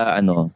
ano